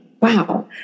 wow